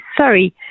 Sorry